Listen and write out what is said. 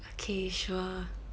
okay sure